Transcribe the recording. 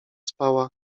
spała